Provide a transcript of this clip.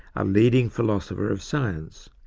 a leading philosopher of science.